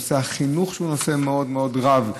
נושא החינוך הוא נושא רב מאוד,